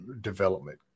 development